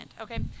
Okay